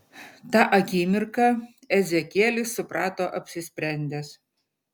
tą akimirką ezekielis suprato apsisprendęs